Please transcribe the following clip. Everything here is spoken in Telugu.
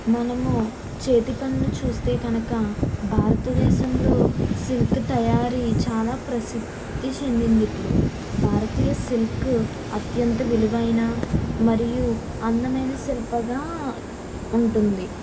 మనము చేతి పనులు చూస్తే కనుక భారతదేశంలో సిల్క్ తయారి చాలా ప్రసిద్ధి చెందింది ఇప్పుడు భారతీయ సిల్క్ అత్యంత విలువైన మరియు అందమైన శిల్పంగా ఉంటుంది